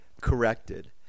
corrected